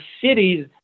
cities